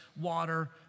water